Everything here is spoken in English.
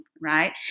right